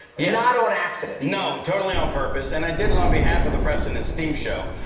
yeah. not on accident. no totally on purpose. and i did it on behalf of the preston and steve show.